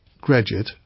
graduate